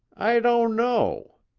i don't know.